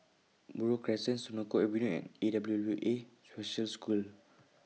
Buroh Crescent Senoko Avenue and A W W A Special School